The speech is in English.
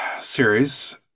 series